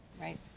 Right